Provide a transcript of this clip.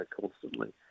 constantly